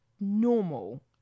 normal